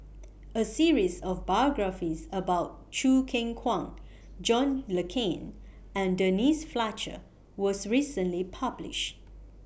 A series of biographies about Choo Keng Kwang John Le Cain and Denise Fletcher was recently published